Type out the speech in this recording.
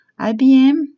IBM